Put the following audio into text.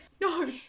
No